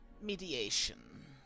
mediation